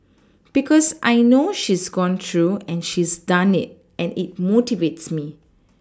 because I know she's gone through and she's done it and it motivates me